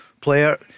player